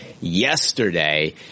yesterday